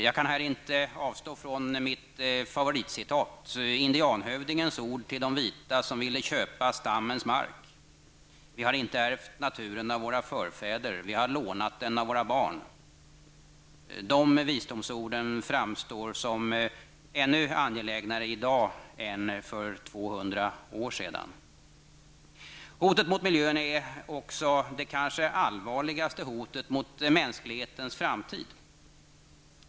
Jag kan här inte avstå från mitt favoritcitat, indianhövdingens ord till de vita som ville köpa stammens mark: Vi har inte ärvt naturen av våra förfäder, vi har lånat den av våra barn. De visdomsorden framstår som ännu angelägnare i dag än för 200 år sedan. Hotet mot miljön är också det kanske allvarligaste hotet mot mänsklighetens framtid.